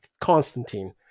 Constantine